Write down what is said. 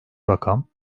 rakam